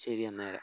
ശരി അന്നേരം